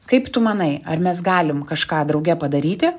kaip tu manai ar mes galim kažką drauge padaryti